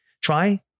try